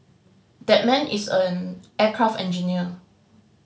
that man is an aircraft engineer